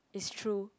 is true